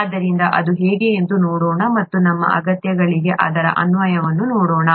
ಆದ್ದರಿಂದ ಅದು ಹೇಗೆ ಎಂದು ನೋಡೋಣ ಮತ್ತು ನಮ್ಮ ಅಗತ್ಯಗಳಿಗೆ ಅದರ ಅನ್ವಯವನ್ನು ನೋಡೋಣ